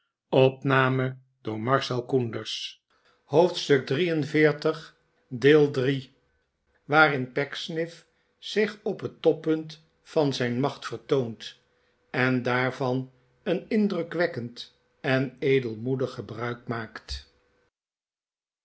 hoofdstuk xliii waarin pecksniff zich op het toppunt van zijn macht vertoont en daarvan een indrukwekkend en edelmoedig gebruik maakt